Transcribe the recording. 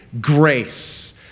grace